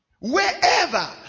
Wherever